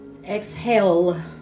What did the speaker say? Exhale